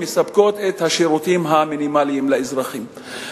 מספקות את השירותים המינימליים לאזרחים.